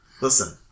listen